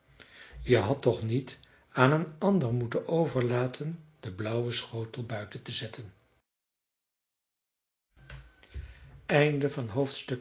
je hadt toch niet aan een ander moeten overlaten den blauwen schotel buiten te zetten